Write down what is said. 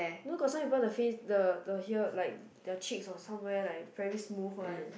you know got some people the face the the here like their cheeks or somewhere like very smooth one